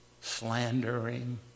slandering